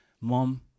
mom